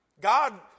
God